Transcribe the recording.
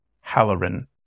Halloran